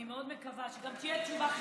אני מאוד מקווה שגם תהיה תשובה חיובית.